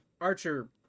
Archer